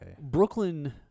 Brooklyn